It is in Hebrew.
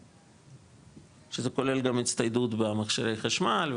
שזה כולל גם הצטיידות במכשירי חשמל,